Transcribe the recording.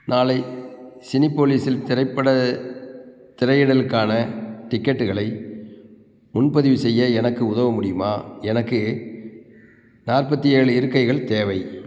நாளை சினிபோலிஸில் திரைப்படத் திரையிடலுக்கான டிக்கெட்டுகளை முன்பதிவு செய்ய எனக்கு உதவ முடியுமா எனக்கு நாற்பத்து ஏழு இருக்கைகள் தேவை